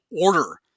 order